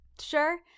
sure